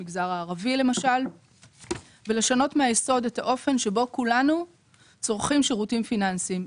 המגזר הערבי ולשנות מהיסוד את האופן שבו כולנו צורכים שירותים פיננסיים.